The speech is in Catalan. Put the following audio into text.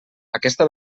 aquesta